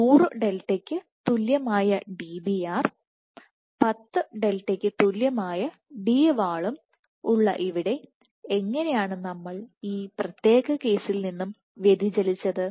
100 ഡെൽറ്റയ്ക്ക് തുല്യമായ Dbr 10 ഡെൽറ്റയ്ക്ക് തുല്യമായ Dwall ഉം ഉള്ള ഇവിടെ എങ്ങനെയാണ് നമ്മൾ ഈ പ്രത്യേക കേസിൽ നിന്നും വ്യതിചലിച്ചത്